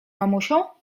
mamusią